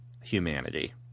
humanity